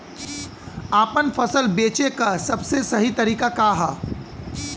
आपन फसल बेचे क सबसे सही तरीका का ह?